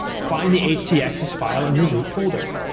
find the htaccess file in your root folder.